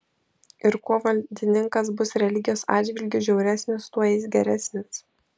ir kuo valdininkas bus religijos atžvilgiu žiauresnis tuo jis geresnis